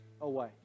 away